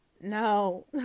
no